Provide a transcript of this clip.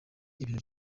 ibintu